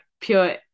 pure